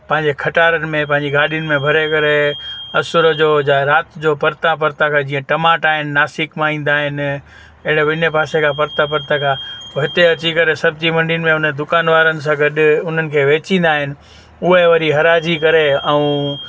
पंहिंजे खटारनि में पंहिंजी गाॾियुनि में भरे करे असुर जो या राति जो परितां परितां खां जीअं टमाटा आहिनि नासिक मां ईंदा आहिनि अहिड़े इन पासे खां परितां परितां खां पोइ हिते अची करे सब्जी मंडीयुनि में उन दुकानवारनि सां गॾु उन्हनि खे वेचींदा आहिनि उहे वरी हाराइजी करे ऐं